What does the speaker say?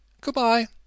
Goodbye